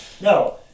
No